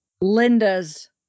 Linda's